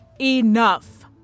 enough